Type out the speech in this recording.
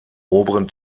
oberen